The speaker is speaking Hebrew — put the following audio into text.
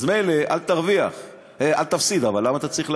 אז מילא, אל תפסיד, אבל למה אתה צריך להרוויח?